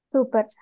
Super